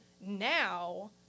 now